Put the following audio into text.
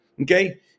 Okay